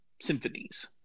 symphonies